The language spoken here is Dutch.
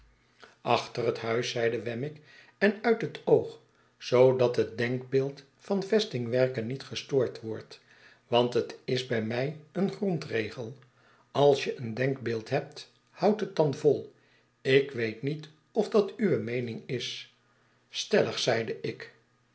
achter het huis zeide wemmick en uit het oog zoodat net denkbeeld van vestingwerken niet gestoord wordt want het is bij mij qen grondregel als je een denkbeeld hebt houd het dan vol ik weet niet of dat uwe meening s stellig zeide uj